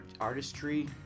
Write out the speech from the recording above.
artistry